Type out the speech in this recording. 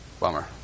Bummer